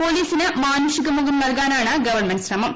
പോലീസിന് മാനുഷികമുഖം നൽകാനാണ് ഗവൺമെന്റ് ശ്രമം